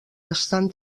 estan